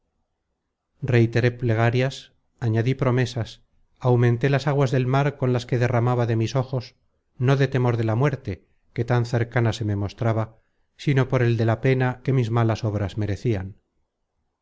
reiteré plegarias añadí promesas aumenté las aguas del mar con las que derramaba de mis ojos no de temor de la muerte que tan cercana se me mostraba sino por el de la pena que mis malas obras merecian